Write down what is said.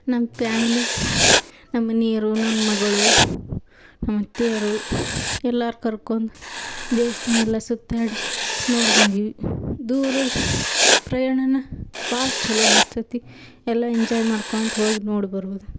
ನಮ್ಮ ಪ್ಯಾಮ್ಲಿ ನಮ್ಮ ಮನಿಯವ್ರು ನನ್ನ ಮಗಳು ನಮ್ಮ ಅತ್ತೆಯರು ಎಲ್ಲಾರೂ ಕರ್ಕೊಂಡ್ ದೇವಸ್ಥಾನ ಎಲ್ಲ ಸುತ್ತಾಡಿ ನೋಡಿ ಬಂದಿವಿ ದೂರ ಪ್ರಯಾಣನೇ ಭಾಳ ಛಲೋ ಅನಿಸ್ತತಿ ಎಲ್ಲ ಎಂಜಾಯ್ ಮಾಡ್ಕೋಂತ ಹೋಗಿ ನೋಡಿ ಬರ್ಬೋದು